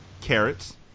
Carrots